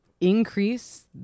increase